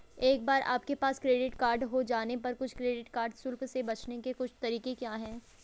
एक बार आपके पास क्रेडिट कार्ड हो जाने पर कुछ क्रेडिट कार्ड शुल्क से बचने के कुछ तरीके क्या हैं?